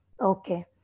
Okay